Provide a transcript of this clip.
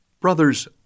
Brothers